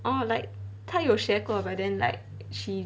orh like 她有学过 but then like she